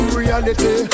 reality